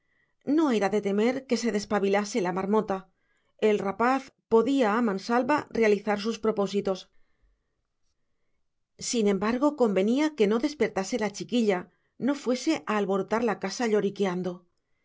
no era de temer que se despabilase la marmota el rapaz podía a mansalva realizar sus propósitos sin embargo convenía que no despertase la chiquilla no fuese a alborotar la casa lloriqueando